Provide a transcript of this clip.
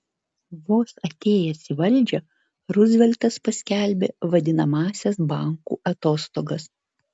vos atėjęs į valdžią ruzveltas paskelbė vadinamąsias bankų atostogas